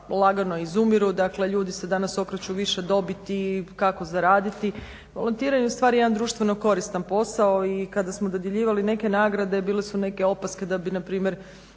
lagano izumiru, dakle ljudi se danas okreću više dobiti, kako zaraditi. Volontiranje je ustvari jedan društveno koristan posao i kada smo dodjeljivali neke nagrade bili su neke opaske da bi npr. neke